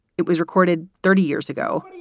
it was recorded thirty years ago.